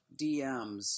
DMs